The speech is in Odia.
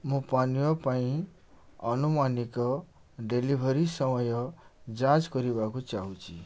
ମୁଁ ପାନୀୟ ପାଇଁ ଆନୁମାନିକ ଡେଲିଭରି ସମୟ ଯାଞ୍ଚ କରିବାକୁ ଚାହୁଁଛି